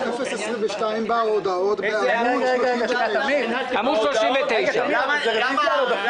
05022 בעמוד 39. למה הצבענו נגד הרוויזיה?